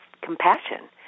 compassion